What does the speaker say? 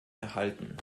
erhalten